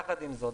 יחד עם זאת,